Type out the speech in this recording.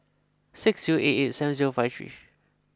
six zero eight eight seven zero five three